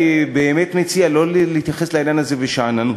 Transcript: אני באמת מציע שלא להתייחס לעניין הזה בשאננות.